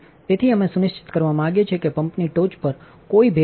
તેથી અમે સુનિશ્ચિત કરવા માગીએ છીએ કે પંપની ટોચ પર કોઈ ભેજ નથી